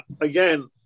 again